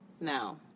now